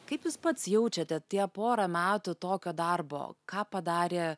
kaip jūs pats jaučiate tie pora metų tokio darbo ką padarė